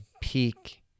peak